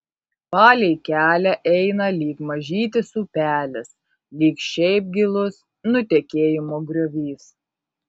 palei kelią eina lyg mažytis upelis lyg šiaip gilus nutekėjimo griovys